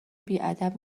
بیادب